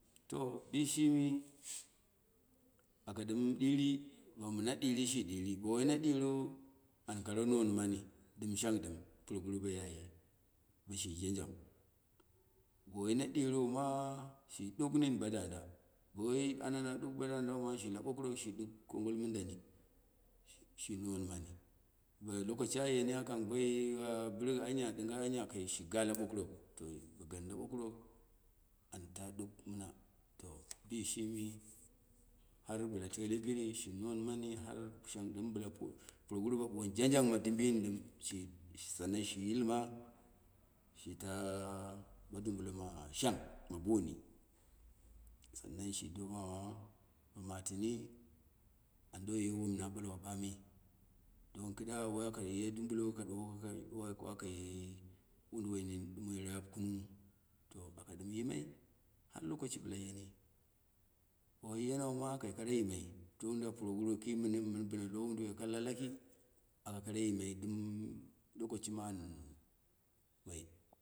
To bishimi aka ɗom divi, bo mɨna ɗiri shi diri, bo won na ɗiriu an kare non mani dɨm shang ɗɨm pmoguru bo yayi bo shi janjang, bo woi na ɗiriu ma, shi ɗuk nin bo danda, bo woi ana na ɗuk bo dandan ma, shi ɗuk la bokurok shi ɗuk kongol mɨndani, shi non amani, bo lokacin ayem a kang boyi, bɨri anya ɗɨnga anya, kai shi ga la ɓakwok to bogan la ɓokurok, an tə ɗuk mɨna. To bishi mi har bɨla tele bɨrɨ mani shi non mami har shang ɗɨm btra po, puroguru be boni ja njang ma dɨmbi yin ɗɨm san nan shi yilma, shi tə-bodubu lo ma shang ma boni, san nan bo mama, ba matɨm, ando wom na ɓalwa ɓami, don kɨda wako ye dumbulo kaɗuwoko wakoye woduwo nin ɗumoi, rap kunuwu to ako ɗɨm yimai har lokaci bɨla yeni, boyenau ma kai kara yimai, tunda puroguru ki mtni mtn btna wo duwoi kaka laki, aka yimai dɨm lokaci mɨ an woi